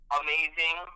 amazing